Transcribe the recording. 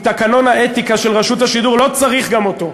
מתקנון האתיקה של רשות השידור, לא צריך גם אותו.